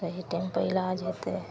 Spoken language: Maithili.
सही टाइमपर इलाज हेतै